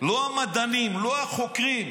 לא המדענים, לא החוקרים,